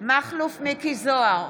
מכלוף מיקי זוהר,